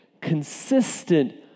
consistent